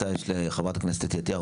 חברת הכנסת אתי עטייה,